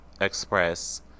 express